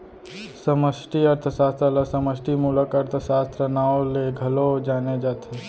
समस्टि अर्थसास्त्र ल समस्टि मूलक अर्थसास्त्र, नांव ले घलौ जाने जाथे